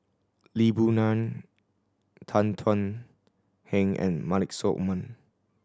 Lee Boon Ngan Tan Thuan Heng and Maliki Osman